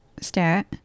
stat